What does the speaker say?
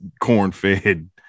corn-fed